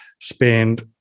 spend